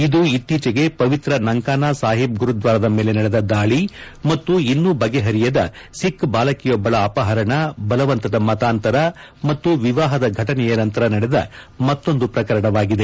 ಇದು ಇತ್ತೀಚೆಗೆ ಪವಿತ್ರ ನಂಕಾನಾ ಸಾಹಿಬ್ ಗುರುದ್ವಾರದ ಮೇಲೆ ನಡೆದ ದಾಳಿ ಮತ್ತು ಇನ್ನೂ ಬಗೆಹರಿಯದ ಸಿಬ್ ಬಾಲಕಿಯೊಬ್ಬಳ ಅಪಹರಣ ಬಲವಂತದ ಮತಾಂತರ ಮತ್ತು ವಿವಾಹದ ಫಟನೆಯ ನಂತರ ನಡೆದ ಮತ್ತೊಂದು ಪ್ರಕರಣವಾಗಿದೆ